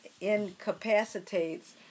incapacitates